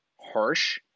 harsh